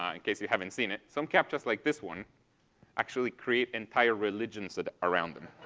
um in case you haven't seen it some captchas like this one actually create entire religions and around them.